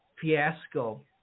fiasco